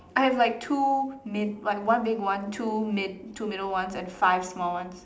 I have like two mid like one big one two mid two middle ones and five small ones